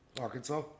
Arkansas